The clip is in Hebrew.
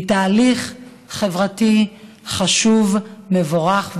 היא תהליך חברתי חשוב, מבורך ואמיץ,